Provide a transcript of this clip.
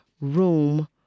room